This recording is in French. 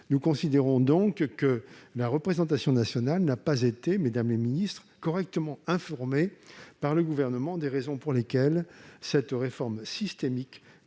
nous considérons donc que la représentation nationale n'a pas été correctement informée par le Gouvernement des raisons pour lesquelles cette réforme systémique,